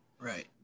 Right